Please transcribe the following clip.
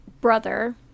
brother